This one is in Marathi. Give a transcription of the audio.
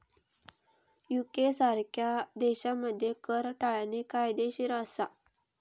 युके सारख्या देशांमध्ये कर टाळणे कायदेशीर असा